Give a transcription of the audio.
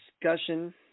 Discussion